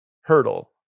hurdle